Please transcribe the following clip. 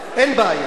אין בעיה.